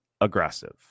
aggressive